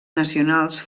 nacionals